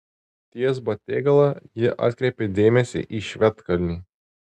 ties batėgala ji atkreipė dėmesį į švedkalnį